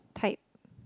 type